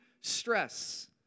stress